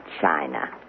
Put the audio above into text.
China